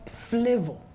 flavor